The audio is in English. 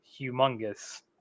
humongous